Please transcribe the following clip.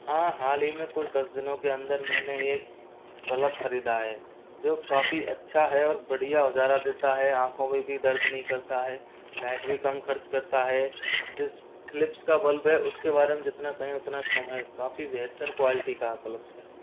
हाँ हालही में कुछ दस दिनों के अंदर मैंने एक बलब ख़रीदा है जो काफ़ी अच्छा है और बढ़िया उजाला देता है आँखों में भी दर्द नहीं करता है लाइट भी कम ख़र्च करता है जिस फिलिप्स का बल्ब है उसके बारे में जितना कहें उतना कम है काफ़ी बेहतर क्वालिटी का फ़लफ्स है